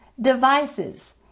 devices